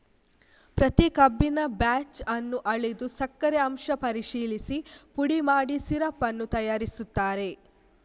ಪ್ರತಿ ಕಬ್ಬಿನ ಬ್ಯಾಚ್ ಅನ್ನು ಅಳೆದು ಸಕ್ಕರೆ ಅಂಶ ಪರಿಶೀಲಿಸಿ ಪುಡಿ ಮಾಡಿ ಸಿರಪ್ ಅನ್ನು ತಯಾರಿಸುತ್ತಾರೆ